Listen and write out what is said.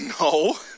No